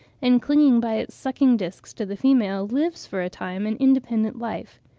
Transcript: and clinging by its sucking-discs to the female, lives for a time an independent life.